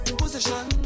position